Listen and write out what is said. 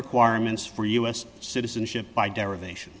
requirements for us citizenship by derivation